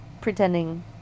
pretending